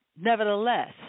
nevertheless